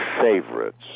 favorites